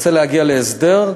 אני רוצה להגיע להסדר,